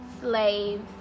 slaves